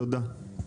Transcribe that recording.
תודה.